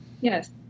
yes